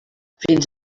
fins